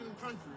country